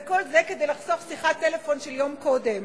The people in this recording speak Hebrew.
וכל זה כדי לחסוך שיחת טלפון של יום קודם.